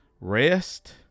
rest